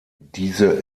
diese